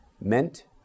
meant